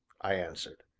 i answered.